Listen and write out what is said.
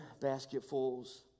basketfuls